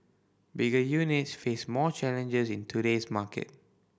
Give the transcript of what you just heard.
bigger units face more challenges in today's market